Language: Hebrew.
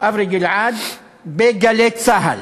אברי גלעד ב"גלי צה"ל".